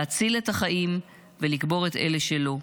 להציל את החיים ולקבור את אלה שלא.